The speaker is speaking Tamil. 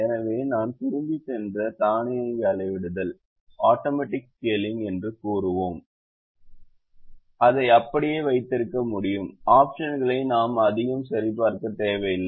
எனவே நாம் திரும்பிச் சென்று தானியங்கி அளவிடுதல் என்று கூறுவோம் அதை அப்படியே வைத்திருக்க முடியும் ஆபிஷன்களை நாம் அதிகம் சரிபார்க்க தேவையில்லை